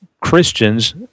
Christians